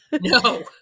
No